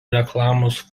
reklamos